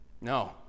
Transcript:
No